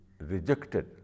rejected